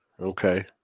Okay